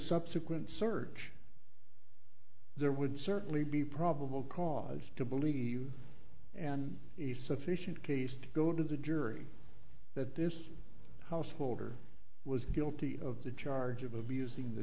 subsequent search there would certainly be probable cause to believe and if sufficient case to go to the jury that this householder was guilty of the charge of abusing the